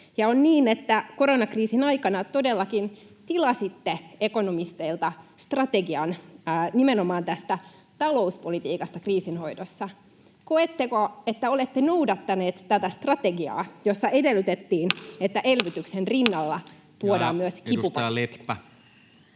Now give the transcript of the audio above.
on niin, että koronakriisin aikana todellakin tilasitte ekonomisteilta strategian nimenomaan tästä talouspolitiikasta kriisin hoidossa. Koetteko, että olette noudattaneet tätä strategiaa, jossa edellytettiin, että elvytyksen rinnalla tuodaan myös kipupaketti? Edustaja Leppä.